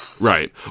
Right